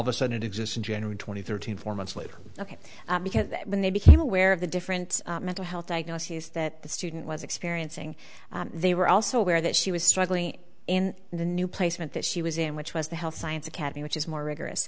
senate exists in general twenty thirteen four months later ok because when they became aware of the different mental health diagnoses that the student was experiencing they were also aware that she was struggling in the new placement that she was in which was the health science academy which is more rigorous